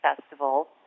festival